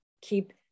keep